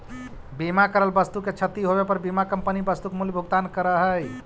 बीमा करल वस्तु के क्षती होवे पर बीमा कंपनी वस्तु के मूल्य भुगतान करऽ हई